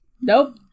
Nope